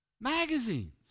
magazines